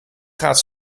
gaat